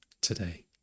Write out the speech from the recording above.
today